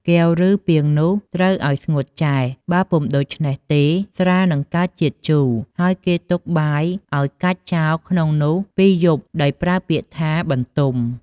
កែវ ឬពាងនោះត្រូវឲ្យស្ងួតចែស បើពុំដូច្នោះទេស្រានឹងកើតជាតិជូរ ហើយគេទុកបាយឲ្យកាច់ចោលក្នុងនោះ២យប់ ដោយប្រើពាក្យថា «បន្ទុំ»។